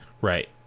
Right